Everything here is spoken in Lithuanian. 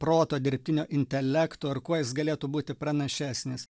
proto dirbtinio intelekto ar kuo jis galėtų būti pranašesnis